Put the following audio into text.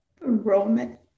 Roman